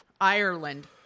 Ireland